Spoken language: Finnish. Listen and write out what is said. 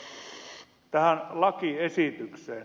mutta tähän lakiesitykseen